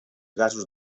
gasos